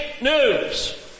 news